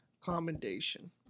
commendation